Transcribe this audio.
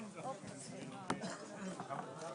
בשעה